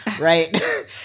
right